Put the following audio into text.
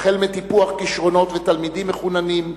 טיפוח כשרונות ותלמידים מחוננים,